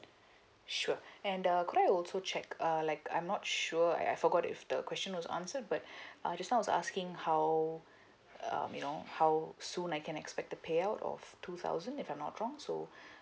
sure and uh could I also check uh like I'm not sure I I forgot if the question was answered but uh just now I was asking how um you know how soon I can expect the payout of two thousand if I'm not wrong so